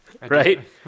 Right